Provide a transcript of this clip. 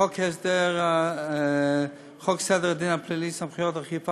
חוק סדר הדין הפלילי (סמכויות אכיפה,